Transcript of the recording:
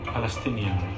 Palestinian